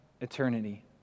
eternity